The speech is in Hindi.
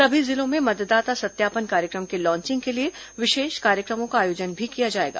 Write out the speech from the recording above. सभी जिलों में मतदाता सत्यापन कार्यक्रम की लॉन्चिंग के लिए विशेष कार्यक्रमों का आयोजन भी किया जाएगा